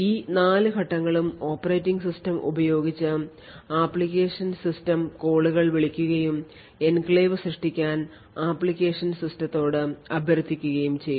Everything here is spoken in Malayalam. ഈ 4 ഘട്ടങ്ങളും ഓപ്പറേറ്റിംഗ് സിസ്റ്റം ഉപയോഗിച്ച് ആപ്ലിക്കേഷൻ സിസ്റ്റം കോളുകൾ വിളിക്കുകയും എൻക്ലേവ് സൃഷ്ടിക്കാൻ അപ്ലിക്കേഷൻ സിസ്റ്റത്തോട് അഭ്യർത്ഥിക്കുകയും ചെയ്യുന്നു